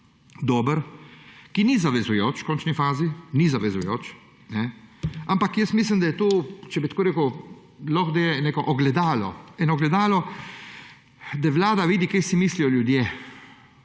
dober, ni zavezujoč, v končni fazi, ni zavezujoč. Ampak mislim, da je to, če bi tako rekel, lahko neko ogledalo, da Vlada vidi, kaj si mislijo ljudje